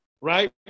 right